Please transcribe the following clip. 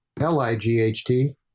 L-I-G-H-T